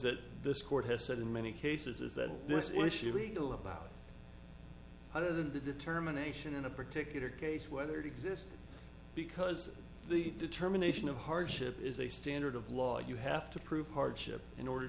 that this court has said in many cases is that this issue legal about other than the determination in a particular case whether to exist because the determination of hardship is a standard of law you have to prove hardship in order